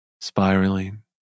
spiraling